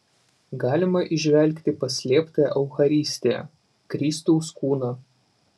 galima įžvelgti paslėptą eucharistiją kristaus kūną